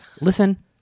listen